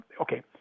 okay